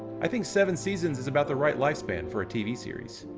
i think seven seasons is about the right lifespan for a tv series.